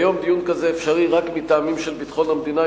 כיום דיון כזה אפשרי רק מטעמים של ביטחון המדינה,